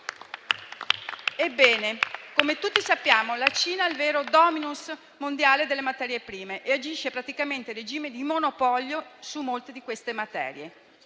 Ebbene - come tutti sappiamo- la Cina è il vero *dominus* mondiale delle materie prime e agisce praticamente in regime di monopolio su molte di tali materie.